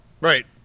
right